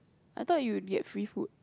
I thought you would get free food